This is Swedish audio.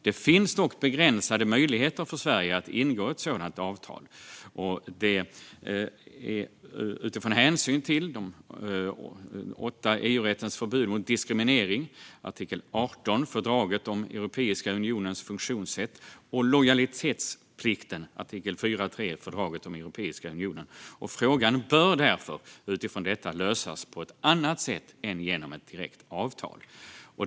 Det finns dock begränsade möjligheter för Sverige att ingå ett sådant avtal, med hänsyn till EU-rättens åtta förbud mot diskriminering, artikel 18 i fördraget om Europeiska unionens funktionssätt, och lojalitetsplikten, artikel 4.3 i fördraget om Europeiska unionen. Frågan bör därför lösas på ett annat sätt än genom ett direkt avtal.